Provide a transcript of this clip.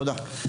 תודה.